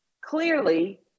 clearly